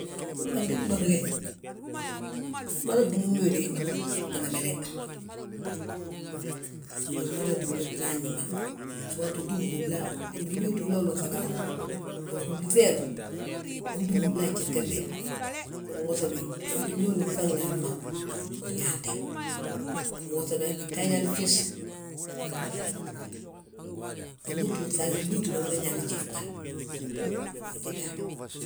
golla ge umada túmni wéde a gibale, umada túmni fŧafñi ma, so wa utúm húbla, walla ndu uwéeti wiloolo ŧagwi habo. Bari húbli ŧeelu, unan túm húbla a gjif gembe, unwosa gi ganti winooni, ŧagni haji ma, win yaanti. Unwosa gi han gidan ñaani fis he, gantu utúm fŧafñe, húbli tidi ma ñaani glifin hal, húbli boonji ndaani.